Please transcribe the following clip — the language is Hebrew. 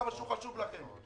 כמה שהוא חשוב לכם.